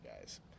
guys